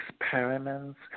experiments